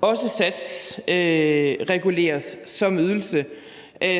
også satsreguleres som ydelse,